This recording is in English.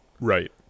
right